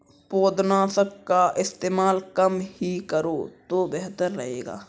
पौधनाशक का इस्तेमाल कम ही करो तो बेहतर रहेगा